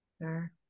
Sure